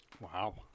Wow